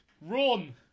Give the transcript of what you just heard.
Run